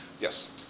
yes